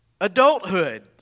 adulthood